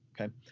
okay